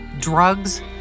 drugs